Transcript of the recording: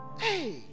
Hey